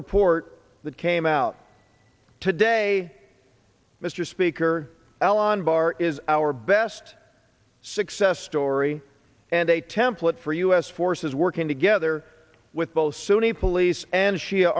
report that came out today mr speaker allen barr is our best success story and a template for u s forces working together with both sunni police and sh